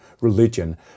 religion